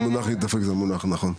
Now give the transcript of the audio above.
לא, המונח להידפק זה לא המונח הנכון.